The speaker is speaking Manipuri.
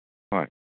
ꯍꯣꯏ